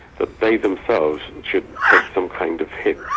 that they themselves should take some kind of hit.